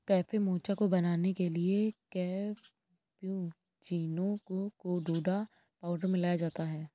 cafe mocha को बनाने के लिए कैप्युचीनो में कोकोडा पाउडर मिलाया जाता है